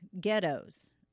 ghettos